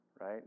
right